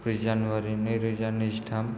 ब्रै जानुवारि नैरोजा नैजिथाम